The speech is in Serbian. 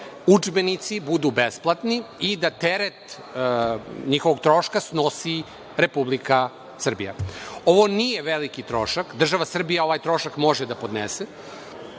udžbenici budu besplatni i da teret njihovog troška snosi Republika Srbija. Ovo nije veliki trošak. Država Srbija ovaj trošak može da podnese